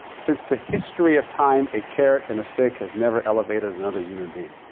since the history of time, a carrot and stick has never elevated another human being.